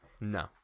No